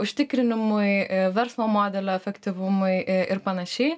užtikrinimui verslo modelio efektyvumui ir panašiai